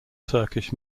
turkish